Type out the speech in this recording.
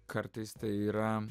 kartais tai yra